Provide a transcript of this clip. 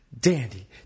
Dandy